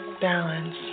balance